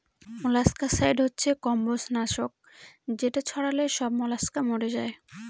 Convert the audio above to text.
molluscicide হচ্ছে কম্বজ নাশক যেটা ছড়ালে সব মলাস্কা মরে যায়